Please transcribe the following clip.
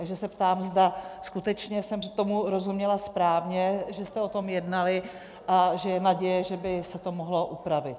Takže se ptám, zda skutečně jsem tomu rozuměla správně, že jste o tom jednali a že je naděje, že by se to mohlo upravit.